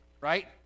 right